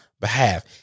behalf